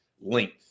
length